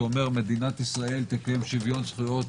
שאומר: מדינת ישראל תקיים שוויון זכויות